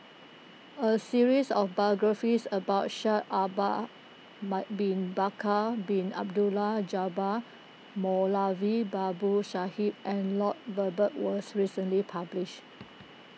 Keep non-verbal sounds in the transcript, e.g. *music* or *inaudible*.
a series of biographies about Shaikh *unintelligible* Bin Bakar Bin Abdullah Jabbar Moulavi Babu Sahib and Lloyd Valberg was recently published